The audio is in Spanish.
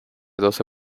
doce